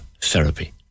therapy